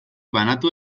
banatu